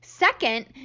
second